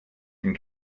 den